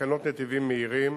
לתקנות נתיבים מהירים